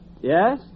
Yes